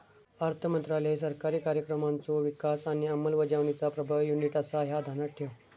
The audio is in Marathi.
अर्थमंत्रालय सरकारी कार्यक्रमांचो विकास आणि अंमलबजावणीचा प्रभारी युनिट आसा, ह्या ध्यानात ठेव